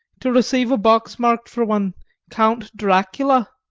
to receive a box marked for one count dracula.